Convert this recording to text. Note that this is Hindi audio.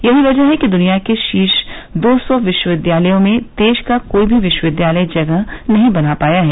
यही वजह है कि दुनिया के शीर्ष दो सौ विश्वविद्यालयों में देश का कोई भी विश्वविद्यालय जगह नहीं बना पाया है